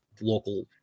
local